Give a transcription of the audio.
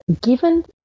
given